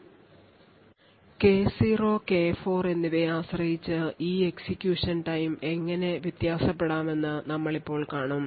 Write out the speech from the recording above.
K0 K4 എന്നിവയെ ആശ്രയിച്ച് ഈ execution time എങ്ങനെ വ്യത്യാസപ്പെടാമെന്ന് ഇപ്പോൾ നമ്മൾ കാണും